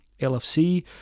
LFC